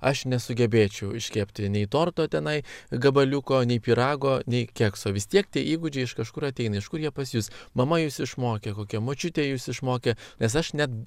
aš nesugebėčiau iškepti nei torto tenai gabaliuko nei pyrago nei kekso vis tiek tie įgūdžiai iš kažkur ateina iš kur jie pas jus mama jus išmokė kokia močiutė jus išmokė nes aš net